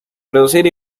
producir